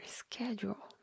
schedule